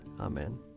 Amen